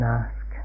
ask